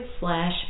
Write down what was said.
slash